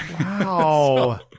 wow